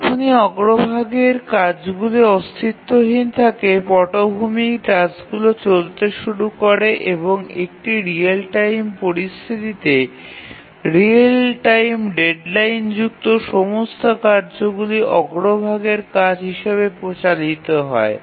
যখনই অগ্রভাগের কাজগুলি অস্তিত্বহীন থাকে পটভূমি টাস্কগুলি চলতে শুরু করে এবং একটি রিয়েল টাইম পরিস্থিতিতে রিয়েল টাইম ডেডলাইনযুক্ত সমস্ত কাজগুলি অগ্রভাগের কাজ হিসাবে চালিত হয়